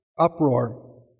uproar